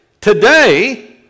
today